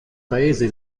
paese